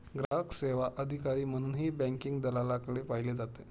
ग्राहक सेवा अधिकारी म्हणूनही बँकिंग दलालाकडे पाहिले जाते